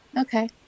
Okay